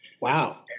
Wow